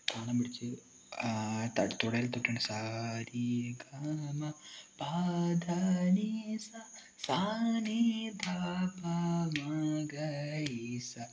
താളം പിടിച്ച് താ തുടയിൽ തൊട്ടാണ് സാ രീ ഗാ മാ പാ ദാ നീ സാ സാ നീ ദാ പാ മാ ഗാ രീ സാ